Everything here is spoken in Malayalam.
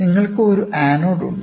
നിങ്ങൾക്ക് ഒരു ആനോഡ് ഉണ്ട്